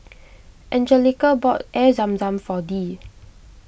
Anjelica bought Air Zam Zam for Dee